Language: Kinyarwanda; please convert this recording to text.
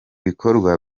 bikorwa